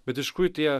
bet iš kur tie